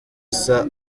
asa